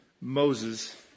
Moses